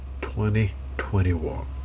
2021